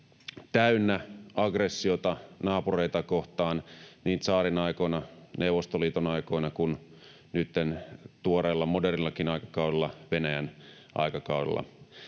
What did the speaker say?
täynnä aggressiota naapureita kohtaan niin tsaarin aikoina, Neuvostoliiton aikoina kuin nytten tuoreella modernillakin aikakaudella,